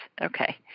Okay